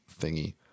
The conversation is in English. thingy